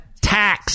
tax